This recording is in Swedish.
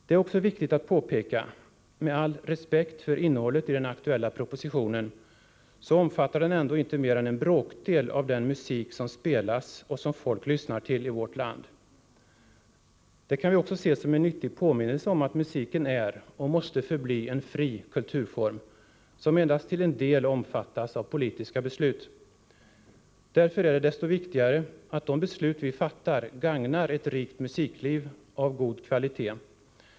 Det är också viktigt att påpeka, att med all respekt för innehållet i den aktuella propositionen, så omfattar den ändå inte mer än en bråkdel av den musik som spelas och som folk lyssnar till i vårt land. Det kan vi också se som en nyttig påminnelse om att musiken är och måste förbli en fri kulturform, som endast till en del omfattas av politiska beslut. Därför är det desto viktigare att de beslut vi fattar gagnar ett rikt musikliv av god kvalitet.